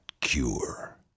cure